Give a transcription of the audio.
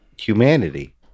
humanity